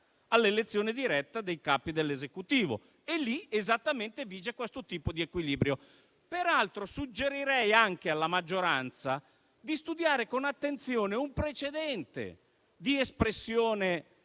all'elezione diretta dei capi dell'Esecutivo. In tali casi vige esattamente questo tipo di equilibrio. Peraltro, suggerirei alla maggioranza di studiare con attenzione un precedente di espressione